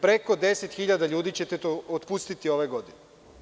Preko 10.000 ljudi ćete otpustiti ove godine.